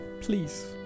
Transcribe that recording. please